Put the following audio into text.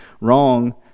wrong